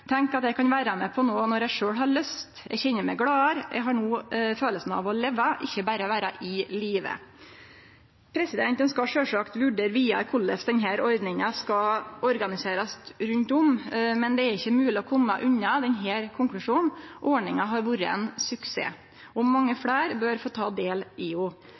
Tenk at eg kan vere med på noko når eg sjølv har lyst. Eg kjenner meg gladare, eg har no følelsen av å leve og ikkje berre vere i live. Ein skal sjølvsagt vurdere vidare korleis denne ordninga skal organiserast rundt om, men det er ikkje mogleg å kome unna denne konklusjonen: Ordninga har vore ein suksess, og mange fleire bør få ta del i